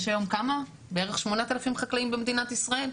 יש היום בערך 8,000 חקלאים במדינת ישראל?